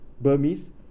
Burmese